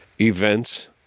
events